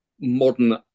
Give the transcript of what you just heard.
modern